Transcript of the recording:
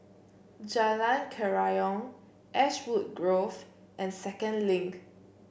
Jalan Kerayong Ashwood Grove and Second Link